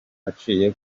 aciye